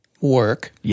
work